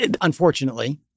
unfortunately